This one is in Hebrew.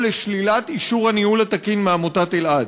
לשלילת אישור הניהול התקין מעמותת אלע"ד.